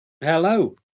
Hello